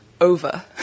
Over